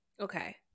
Okay